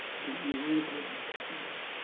from one good look at you,